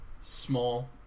small